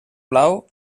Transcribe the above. plau